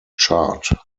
chart